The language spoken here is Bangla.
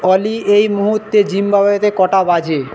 অলি এই মুহূূর্তে জিম্বাবোয়েতে কটা বাজে